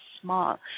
small